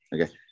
okay